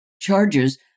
charges